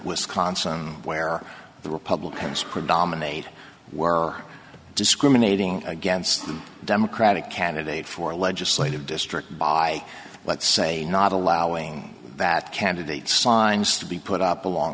wisconsin where the republicans predominate were discriminating against the democratic candidate for legislative district by let's say not allowing that candidate signs to be put up along